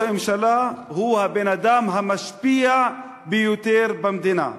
הממשלה הוא הבן-אדם המשפיע ביותר במדינה.